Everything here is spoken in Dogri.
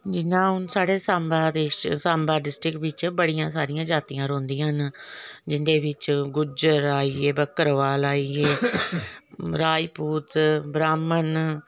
जियां हून साढ़ी साम्बा डिस्ट्रिक्ट बिच बड़ी सारियां जातियां रौहंदिया न जिंदे बिच गुज्जर आई गे बकरबाल आई गे राजपूत ब्राहम्ण